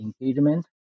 engagement